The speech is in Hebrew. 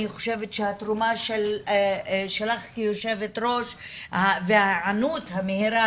אני חושבת שהתרומה שלך כיו"ר וההיענות המהירה